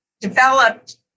developed